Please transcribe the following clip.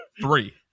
Three